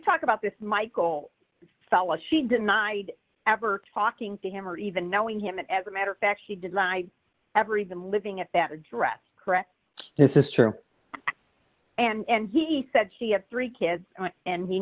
talk about this michael fellow she denied ever talking to him or even knowing him and as a matter of fact he did lie every been living at that address correct this is true and he said she had three kids and he